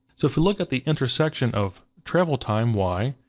so if you look at the intersection of travel time, y,